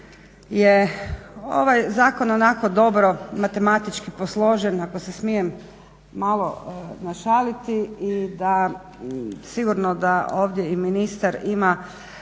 je ovaj zakon onako dobro matematički posložen, ako se smijem malo našaliti i da, sigurno da ovdje i ministar ima